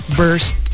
burst